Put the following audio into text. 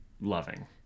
loving